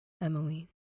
Emmeline